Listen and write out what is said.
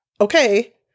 Okay